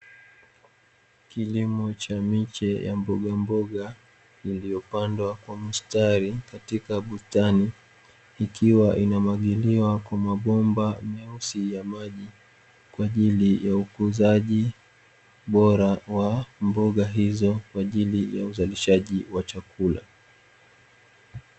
Kilimo cha miche ya mbogamboga iliyopandwa kwa mstari katika bustani, ikiwa inamwagiliwa kwa mabomba meusi ya maji kwa ajili ya ukuzaji bora wa mboga hizo kwa ajili ya uzalishaji wa chakula.